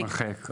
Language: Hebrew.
יימחק.